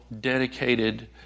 dedicated